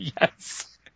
Yes